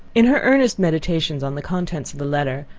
in her earnest meditations on the contents of the letter,